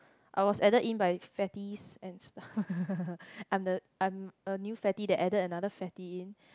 I was added in by fatties and I'm the I'm a new fatty that added another fatty in